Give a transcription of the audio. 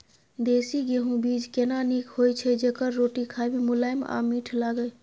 देसी गेहूँ बीज केना नीक होय छै जेकर रोटी खाय मे मुलायम आ मीठ लागय?